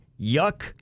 yuck